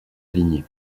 alignés